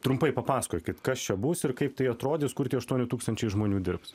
trumpai papasakokit kas čia bus ir kaip tai atrodys kur tie aštuoni tūkstančiai žmonių dirbs